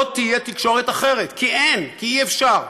לא תהיה תקשורת אחרת, כי אין, כי אי-אפשר.